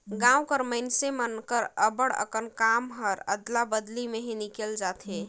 गाँव कर मइनसे मन कर अब्बड़ अकन काम हर अदला बदली में ही निकेल जाथे